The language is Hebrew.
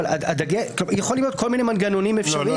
יכולים להיות כל מיני מנגנונים אפשריים.